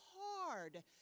hard